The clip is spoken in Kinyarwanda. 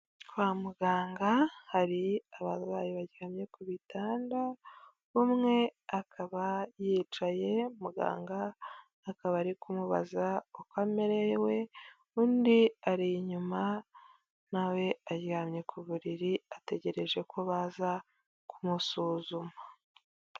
Kwa muganga hari abarwayi baryamye ku bitanda, umwe akaba yicaye muganga akaba ari kumubaza uko amerewe undi ari inyuma nawe aryamye ku buriri ategereje ko baza kumusuzuma.